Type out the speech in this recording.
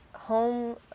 home